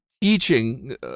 teaching